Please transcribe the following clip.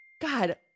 God